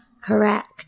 correct